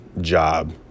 job